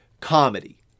comedy